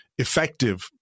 effective